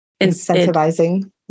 incentivizing